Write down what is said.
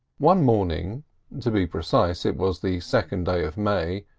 one morning to be precise, it was the second day of may,